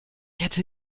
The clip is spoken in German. hätte